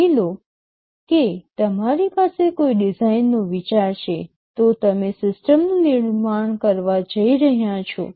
માની લો કે તમારી પાસે કોઈ ડિઝાઇનનો વિચાર છે તો તમે સિસ્ટમનું નિર્માણ કરવા જઇ રહ્યા છો